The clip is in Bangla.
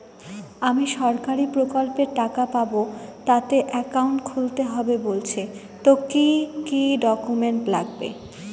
আমি সরকারি প্রকল্পের টাকা পাবো তাতে একাউন্ট খুলতে হবে বলছে তো কি কী ডকুমেন্ট লাগবে?